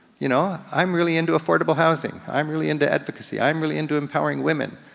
you know i'm really into a affordable housing. i'm really into advocacy. i'm really into empowering women.